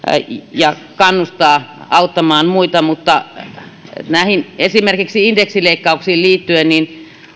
ja kannustaa auttamaan muita mutta esimerkiksi indeksileikkauksiin liittyen